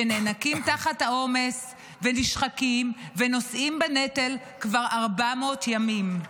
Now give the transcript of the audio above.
שנאנקים תחת העומס ונשחקים ונושאים בנטל כבר 400 ימים.